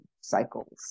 cycles